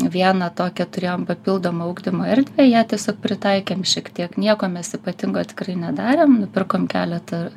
vieną tokią turėjom papildomą ugdymo erdvę ją tiesiog pritaikėm šiek tiek nieko mes ypatingo tikrai nedarėm nupirkom keletą